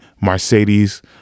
mercedes